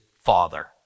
Father